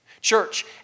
Church